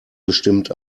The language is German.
bestimmt